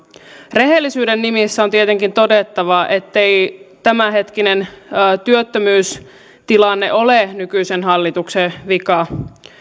rehellisyyden nimissä on tietenkin todettava ettei tämänhetkinen työttömyystilanne ole nykyisen hallituksen vika